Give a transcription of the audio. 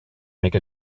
make